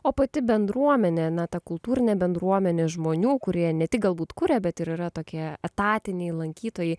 o pati bendruomenė na ta kultūrinė bendruomenė žmonių kurie ne tik galbūt kuria bet ir yra tokie etatiniai lankytojai